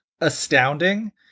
astounding